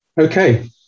Okay